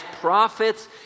prophets